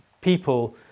people